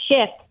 shift